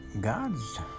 God's